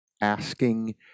asking